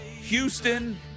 Houston